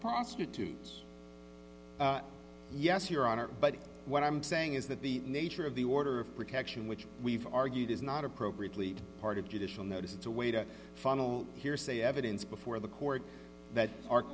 prostitutes yes your honor but what i'm saying is that the nature of the order of protection which we've argued is not appropriately part of judicial notice it's a way to funnel hearsay evidence before the court that